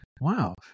wow